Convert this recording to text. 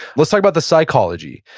let's talk about the psychology.